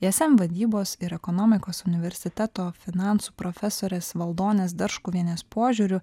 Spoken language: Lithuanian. ism vadybos ir ekonomikos universiteto finansų profesorės valdonės darškuvienės požiūriu